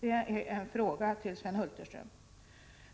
Detta är en fråga till Sven Hulterström.